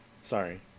Sorry